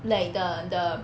like the the